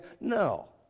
no